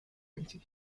committee